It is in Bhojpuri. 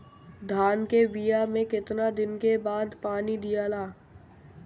धान के बिया मे कितना दिन के बाद पानी दियाला?